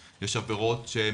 עבירות.